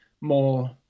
more